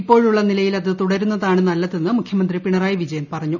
ഇപ്പോഴുള്ള നിലയിൽ അത് തുടരുന്നതാണ് നല്ലതെന്ന് മുഖ്യമന്ത്രി പിണറായി വിജയൻ പറഞ്ഞു